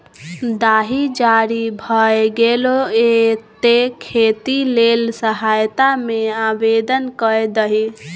दाही जारी भए गेलौ ये तें खेती लेल सहायता मे आवदेन कए दही